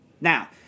Now